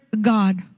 God